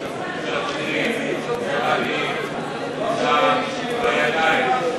משחררים מחבלים עם דם על הידיים,